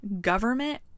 government